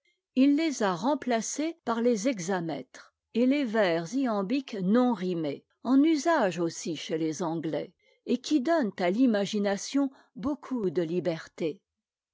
il les a remplacés par les hexamètres et les vers ïambiques non rimés en usage aussi chez les anglais et qui donnent à l'imagination beaucoup de liberté